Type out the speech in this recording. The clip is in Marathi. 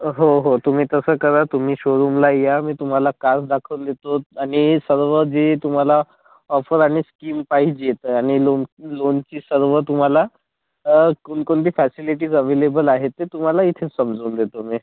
हो हो तुम्ही तसं करा तुम्ही शोरूमला या मी तुम्हाला कार दाखवून देतो आणि सर्व जे तुम्हाला ऑफर आणि स्कीम पाहिजेत आणि लोन लोनची सर्व तुम्हाला कनकोणती फॅसिलिटीज अवेलेबल आहे ते तुम्हाला इथे समजून देतो मी